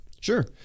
Sure